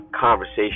conversation